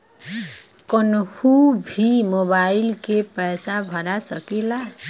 कन्हू भी मोबाइल के पैसा भरा सकीला?